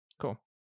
Cool